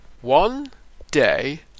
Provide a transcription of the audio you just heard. one-day